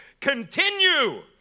continue